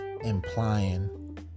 implying